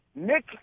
Nick